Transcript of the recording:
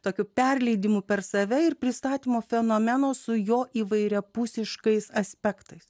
tokiu perleidimu per save ir pristatymo fenomeno su jo įvairiapusiškais aspektais